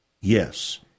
Yes